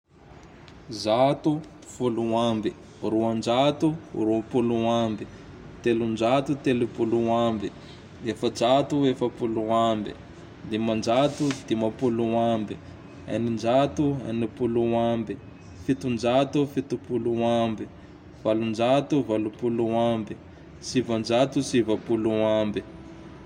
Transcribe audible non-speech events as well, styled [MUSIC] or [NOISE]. [NOISE] Zato folo ambe, [NOISE] roanjato ropolo ambe, [NOISE] telonjato telopolo ambe, [NOISE] efajato efapolo ambe, [NOISE] dimanjato dimapolo ambe, [NOISE] eninjato enipolo ambe, [NOISE] fitonjato fitopolo ambe, [NOISE] valonjato valopolo ambe, [NOISE] sivanjato sivapolo ambe. [NOISE]